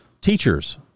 teachers